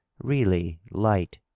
really light,